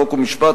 חוק ומשפט,